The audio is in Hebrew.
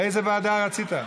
לאיזו ועדה רצית?